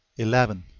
eleven.